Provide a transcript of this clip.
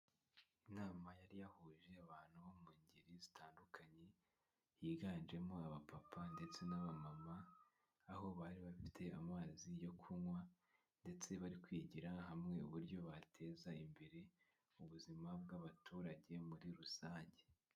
Inama yari yahuje abantu bo mu ngeri zitandukanye higanjemo abapapa ndetse n'abamama aho bari bafite amazi yo kunywa ndetse bari kwigira hamwe uburyo bateza imbere ubuzima bw'abaturage muri rusange.